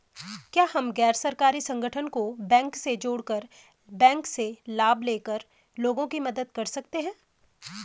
क्या हम गैर सरकारी संगठन को बैंक से जोड़ कर बैंक से लाभ ले कर लोगों की मदद कर सकते हैं?